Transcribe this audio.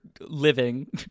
living